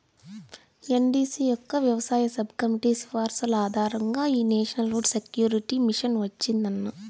NDC యొక్క వ్యవసాయ sub committee సిఫార్సుల ఆధారంగా ఈ నేషనల్ ఫుడ్ సెక్యూరిటీ మిషన్ వచ్చిందన్న